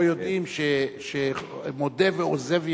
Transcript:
אנשים לא יודעים ש"מודה ועוזב ירוחם"